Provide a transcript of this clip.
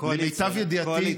למיטב ידיעתי,